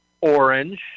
Orange